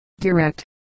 direct